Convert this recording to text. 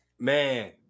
Man